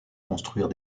construire